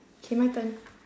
okay my turn